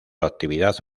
actividad